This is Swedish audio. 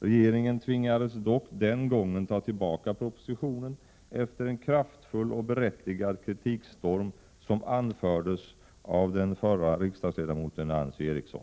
Regeringen tvingades dock den gången ta tillbaka propositionen efter en kraftfull och berättigad kritikstorm, som anfördes av den förra riksdagsledamoten Nancy Eriksson.